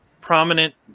prominent